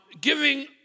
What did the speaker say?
giving